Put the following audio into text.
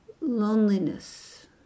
loneliness